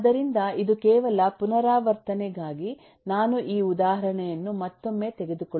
ಆದ್ದರಿಂದ ಇದು ಕೇವಲ ಪುನರಾವರ್ತನೆಗಾಗಿ ನಾನು ಈ ಉದಾಹರಣೆಯನ್ನು ಮತ್ತೊಮ್ಮೆ ತೆಗೆದುಕೊಳ್ಳುವುದಿಲ್ಲ